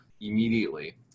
immediately